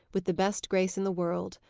with the best grace in the world.